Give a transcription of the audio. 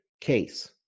case